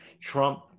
Trump